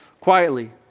quietly